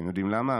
אתם יודעים למה